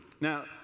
Now